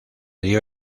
dio